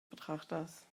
betrachters